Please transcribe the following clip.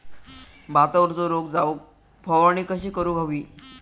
भातावरचो रोग जाऊक फवारणी कशी करूक हवी?